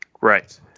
right